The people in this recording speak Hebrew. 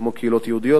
כמו קהילות יהודיות,